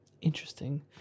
Interesting